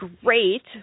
Great